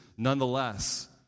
Nonetheless